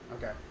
Okay